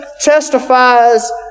testifies